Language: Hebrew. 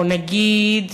או, נגיד,